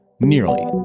Nearly